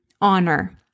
honor